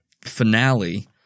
finale